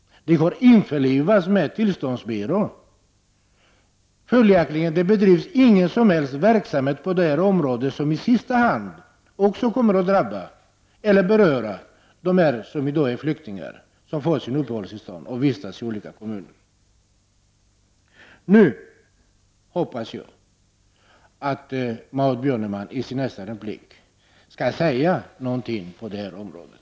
Den har införlivats med tillståndsbyrån. Följaktligen bedrivs det ingen som helst verksamhet på det område som i sista hand kommer att drabba eller beröra dem som i dag är flyktingar och som har fått uppehållstillstånd och vistas i olika kommuner. Jag hoppas att Maud Björnemalm i sin nästa replik kommer att säga något om den saken.